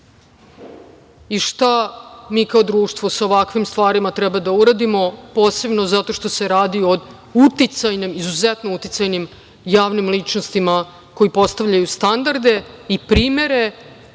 i šta mi kao društvo sa ovakvim stvarima trebamo da uradimo, posebno zato što se radi o uticajnim, izuzetno uticajnim javnim ličnostima koji postavljaju standarde i primere